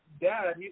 dad